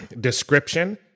description